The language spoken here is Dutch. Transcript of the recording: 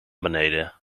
beneden